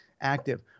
active